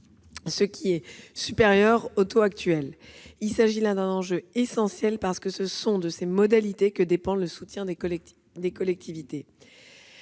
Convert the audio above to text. ce qui est supérieur au taux actuel. Il s'agit là d'un enjeu essentiel, parce que c'est de ces modalités que dépend le soutien aux collectivités.